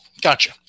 gotcha